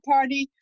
Party